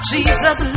Jesus